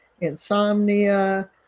insomnia